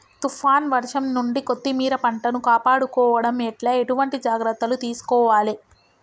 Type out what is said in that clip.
తుఫాన్ వర్షం నుండి కొత్తిమీర పంటను కాపాడుకోవడం ఎట్ల ఎటువంటి జాగ్రత్తలు తీసుకోవాలే?